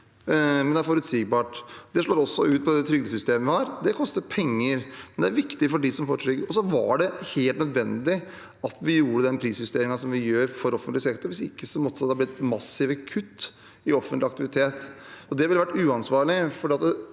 det er forutsigbart. Det slår også ut på det trygdesystemet vi har. Det koster penger, men det er viktig for dem som får trygd. Så var det helt nødvendig at vi gjorde den prisjusteringen som vi gjør for offentlig sektor. Hvis ikke måtte det blitt massive kutt i offentlig aktivitet. Det ville vært uansvarlig,